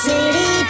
City